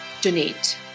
donate